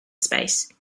space